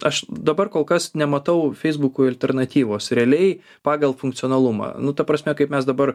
aš dabar kol kas nematau feisbukui alternatyvos realiai pagal funkcionalumą nu ta prasme kaip mes dabar